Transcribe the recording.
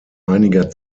einiger